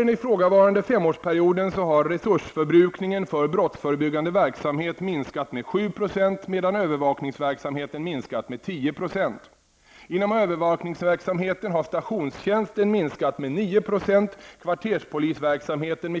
den ifrågavarande femårsperioden har resursförbrukningen för brottsförebyggande verksamhet minskat med 7 % medan övervakningsverksamheten minskat med 10 %.